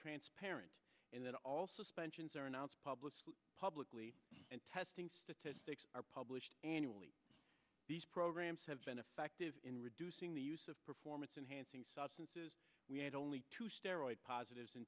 transparent and that also sponges are announced publicly publicly and testing statistics are published annually these programs have been effective in reducing the use of performance enhancing substances we had only two steroids positives in